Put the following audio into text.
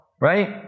Right